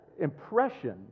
impression